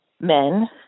men